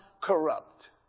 corrupt